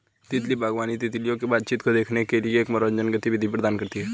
तितली बागवानी, तितलियों की बातचीत को देखने के लिए एक मनोरंजक गतिविधि प्रदान करती है